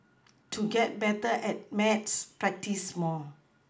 to get better at maths practise more